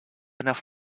enough